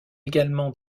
également